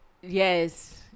Yes